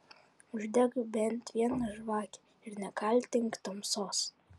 uždek bent vieną žvakę ir nekaltink tamsos